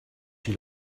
she